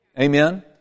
Amen